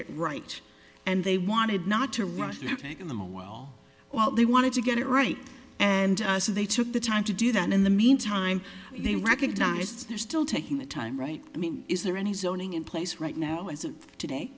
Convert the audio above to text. it right and they wanted not to run it through taking them a while well they wanted to get it right and so they took the time to do that in the meantime they recognized they're still taking the time right i mean is there any zoning in place right now as of today